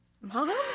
Mom